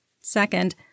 Second